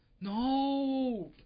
No